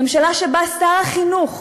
ממשלה ששר החינוך